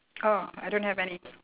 ah I don't have any